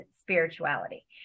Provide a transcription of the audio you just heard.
spirituality